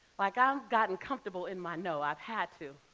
like, i've gotten comfortable in my no, i've had to.